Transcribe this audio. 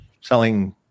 selling